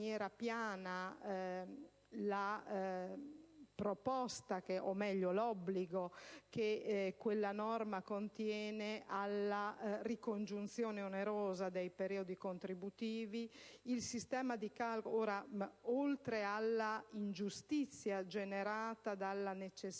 la proposta o, meglio, l'obbligo, che quella norma contiene, alla ricongiunzione onerosa dei periodi contributivi. Ore oltre alla ingiustizia generata dalla necessità